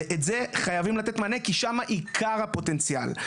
ולזה חייבים לתת מענה, כי שם עיקר הפוטנציאל.